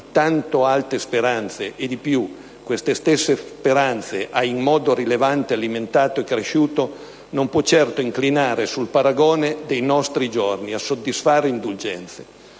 tanto alte speranze e, di più, queste stesse speranze ha in modo rilevante alimentato e cresciuto, non può certo inclinare, sul paragone dei nostri giorni, a soddisfatte indulgenze.